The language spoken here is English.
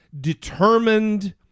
determined